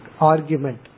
argument